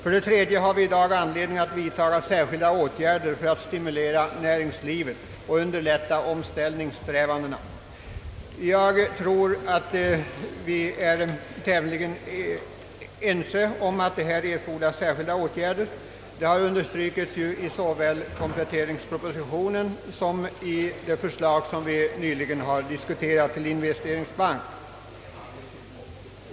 Slutligen har vi i dag anledning att vidtaga särskilda åtgärder för att stimulera näringslivet och underlätta omställningssträvandena. Därom tror jag vi är tämligen eniga. Det har understrukits i såväl kompletteringspropositionen som i det förslag om investeringsbank vi nyss diskuterat.